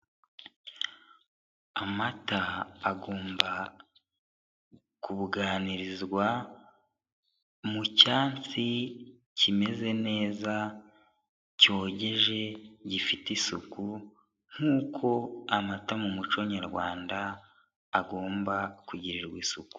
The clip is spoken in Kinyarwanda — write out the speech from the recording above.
Amata agomba kubuganirizwa mu cyansi kimeze neza, cyogeje, gifite isuku, nk'uko amata mu muco nyarwanda agomba kugirirwa isuku.